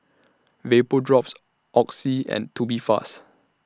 Vapodrops Oxy and Tubifast